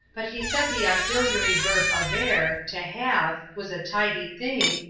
but he said the auxiliary verb avere, to have, was a tidy thing,